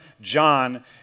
John